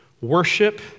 worship